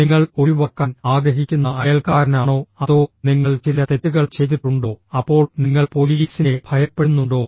നിങ്ങൾ ഒഴിവാക്കാൻ ആഗ്രഹിക്കുന്ന അയൽക്കാരനാണോ അതോ നിങ്ങൾ ചില തെറ്റുകൾ ചെയ്തിട്ടുണ്ടോ അപ്പോൾ നിങ്ങൾ പോലീസിനെ ഭയപ്പെടുന്നുണ്ടോ